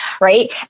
Right